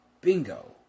Bingo